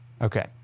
Okay